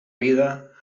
vida